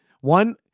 one